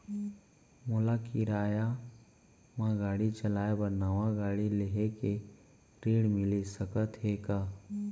मोला किराया मा चलाए बर नवा गाड़ी लेहे के ऋण मिलिस सकत हे का?